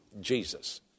Jesus